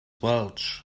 welch